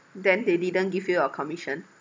then they didn't give you your commission